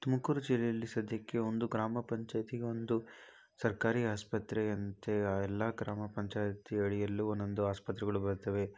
ತುಮಕೂರು ಜಿಲ್ಲೆಯಲ್ಲಿ ಸಧ್ಯಕ್ಕೆ ಒಂದು ಗ್ರಾಮ ಪಂಚಾಯ್ತಿಗೆ ಒಂದು ಸರ್ಕಾರಿ ಆಸ್ಪತ್ರೆ ಅಂತ ಎಲ್ಲಾ ಗ್ರಾಮ ಪಂಚಾಯತಿಯ ಅಡಿಯಲ್ಲೂ ಒನ್ನೊಂದು ಆಸ್ಪತ್ರೆಗಳು ಬರುತ್ತವೆ